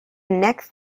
neck